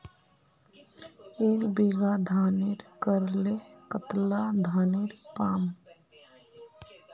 एक बीघा धानेर करले कतला धानेर पाम?